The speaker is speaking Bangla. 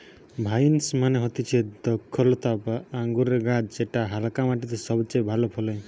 ভাইন্স মানে হতিছে দ্রক্ষলতা বা আঙুরের গাছ যেটা হালকা মাটিতে সবচে ভালো ফলে